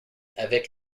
avec